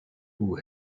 who